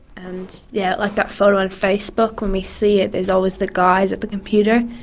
and yeah like that photo on facebook, when we see it there is always the guys at the computer,